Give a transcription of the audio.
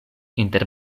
inter